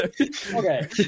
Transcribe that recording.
Okay